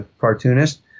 cartoonist